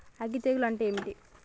అగ్గి తెగులు అంటే ఏంది?